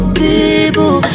people